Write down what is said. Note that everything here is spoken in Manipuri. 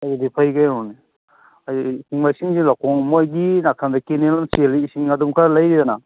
ꯑꯗꯨꯗꯤ ꯐꯩ ꯀꯩꯅꯣꯅꯦ ꯂꯧꯈꯣꯡ ꯃꯣꯏꯒꯤ ꯅꯥꯀꯟꯗ ꯀꯦꯅꯦꯜ ꯑꯃ ꯆꯦꯜꯂꯤ ꯏꯁꯤꯡ ꯑꯗꯨꯝ ꯈꯔ ꯂꯩꯔꯤꯗꯅ